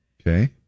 okay